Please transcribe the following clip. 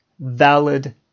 valid